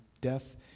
death